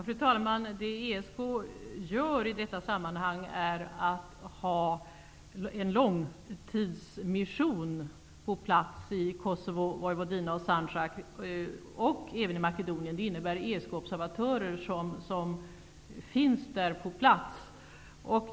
Fru talman! Det ESK gör i detta sammanhang är att ha en långtidsmission på plats i Kosovo, Vojvodina, Sandjak och även i Makedonien. Det innebär att ESK-observatörer finns där på plats.